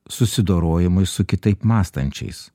susidorojimui su kitaip mąstančiais